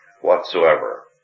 whatsoever